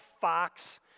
fox